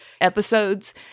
episodes